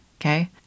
okay